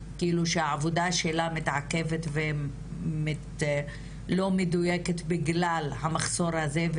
כאילו שהעבודה שלה מתעכבת ולא מדויקת בגלל המחסור הזה,